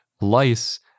lice